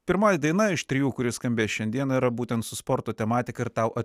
pirmoji daina iš trijų kuri skambės šiandieną yra būtent su sporto tematika ir tau